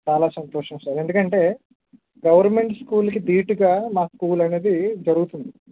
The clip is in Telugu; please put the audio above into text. చాలా సంతోషం సార్ ఎందుకంటే గవర్నమెంట్ స్కూల్ కి దీటుగా మా స్కూల్ అనేది జరుగుతుంది